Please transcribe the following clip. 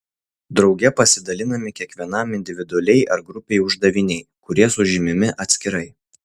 drauge pasidalinami kiekvienam individualiai ar grupei uždaviniai kurie sužymimi atskirai